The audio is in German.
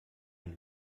ein